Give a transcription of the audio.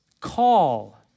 call